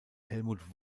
helmut